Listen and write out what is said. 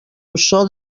ossó